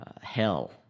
hell